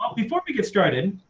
but before we get started,